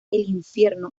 infierno